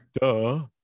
Duh